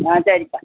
ஆ சரிப்பா